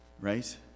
right